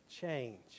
change